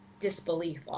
disbelief